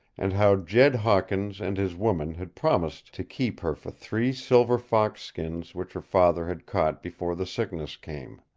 and how jed hawkins and his woman had promised to keep her for three silver fox skins which her father had caught before the sickness came.